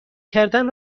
کردن